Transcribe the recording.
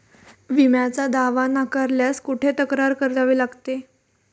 विम्याचा दावा नाकारल्यास कुठे तक्रार करावी लागते?